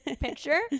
picture